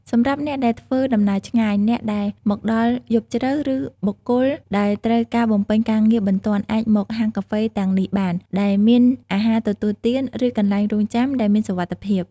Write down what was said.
សម្រាប់អ្នកដែលធ្វើដំណើរឆ្ងាយ អ្នកដែលមកដល់យប់ជ្រៅ ឬបុគ្គលដែលត្រូវការបំពេញការងារបន្ទាន់អាចមក ហាងកាហ្វេទាំងនេះបាន ដែលមានអាហារទទួលទាន ឬកន្លែងរង់ចាំដែលមានសុវត្ថិភាព។